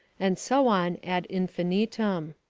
and so on ad infinitum.